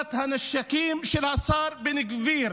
חלוקת הנשקים של השר בן גביר.